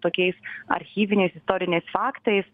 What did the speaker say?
tokiais archyviniais istoriniais faktais